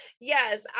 Yes